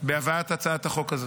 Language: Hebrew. בהבאת הצעת החוק הזאת.